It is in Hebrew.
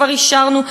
כבר אישרנו,